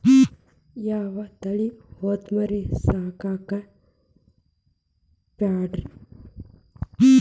ಯಾವ ತಳಿ ಹೊತಮರಿ ಸಾಕಾಕ ಪಾಡ್ರೇ?